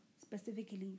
specifically